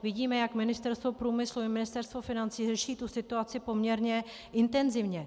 Vidíme, jak Ministerstvo průmyslu i Ministerstvo financí řeší tu situaci poměrně intenzivně.